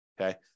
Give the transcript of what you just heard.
Okay